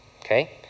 Okay